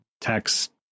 text